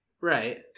Right